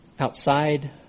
outside